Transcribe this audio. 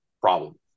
problem